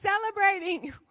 celebrating